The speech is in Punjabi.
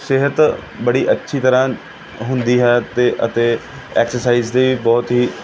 ਸਿਹਤ ਬੜੀ ਅੱਛੀ ਤਰ੍ਹਾਂ ਹੁੰਦੀ ਹੈ ਤੇ ਅਤੇ ਐਕਸਰਸਾਈਜ਼ ਦੇ ਵੀ ਬਹੁਤ ਹੀ